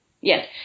Yes